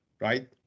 Right